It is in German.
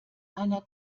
einer